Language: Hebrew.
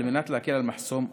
על מנת להקל על מחסום השפה.